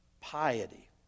piety